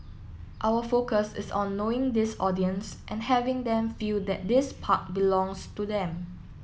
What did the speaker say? our focus is on knowing this audience and having them feel that this park belongs to them